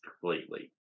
completely